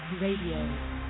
Radio